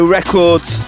Records